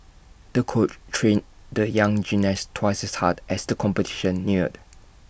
the coach trained the young gymnast twice as hard as the competition neared